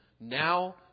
now